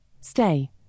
Stay